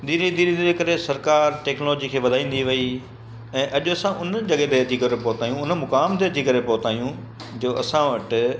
धीरे धीरे धीरे करे सरकार टैक्नोलॉजी खे वधाईंदी वई ऐं अॼु असां उन जॻह ते अची करे पहुता आहियूं उन मुकाम ते अची करे पहुता आहियूं जो असां वटि